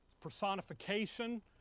Personification